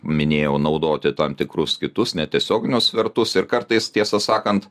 minėjau naudoti tam tikrus kitus netiesioginius svertus ir kartais tiesą sakant